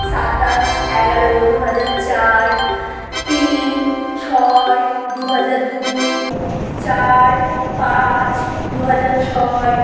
সাতাশ এগারো দুহাজার চার তিন ছয় দুহাজার দুই চার পাঁচ দুহাজার ছয়